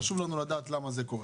חשוב לנו לדעת למה זה קורה.